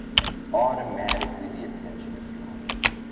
and automatically the attention is drawn inward.